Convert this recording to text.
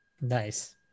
nice